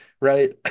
right